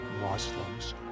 Muslims